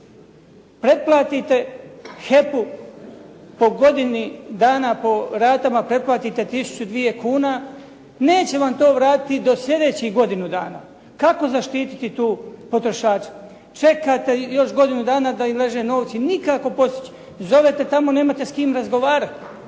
Pretplatite HEP-u po godini dana, po ratama pretplatite tisuću, dvije kuna. Neće vam to vratiti do sljedećih godinu dana. Kako zaštititi tu potrošača? Čekate još godinu dana da im leže novci. Nikako postići. Zovete tamo, nemate s kim razgovarati.